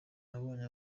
nabonye